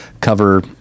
cover